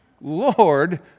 Lord